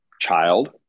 child